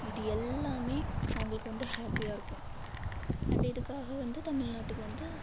இது எல்லாமே அவர்களுக்கு வந்து ஹேப்பியாக இருக்கும் அண்டு இதுக்காக வந்து தமிழ்நாட்டுக்கு வந்து